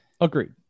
Agreed